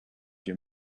your